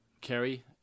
Kerry